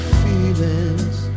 feelings